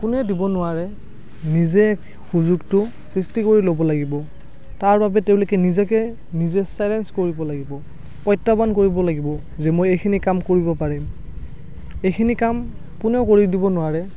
কোনেও দিব নোৱাৰে নিজে সুযোগটো সৃষ্টি কৰি ল'ব লাগিব তাৰবাবে তেওঁলোকে নিজকে নিজে চেলেঞ্জ কৰিব লাগিব প্ৰত্য়াহ্বান কৰিব লাগিব যে মই এইখিনি কাম কৰিব পাৰিম এইখিনি কাম কোনেও কৰি দিব নোৱাৰে